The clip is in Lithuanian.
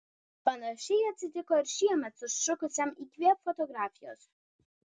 panašiai atsitiko ir šiemet sušukusiam įkvėpk fotografijos